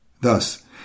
Thus